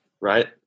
Right